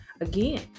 Again